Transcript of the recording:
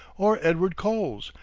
or edward coles,